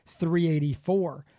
384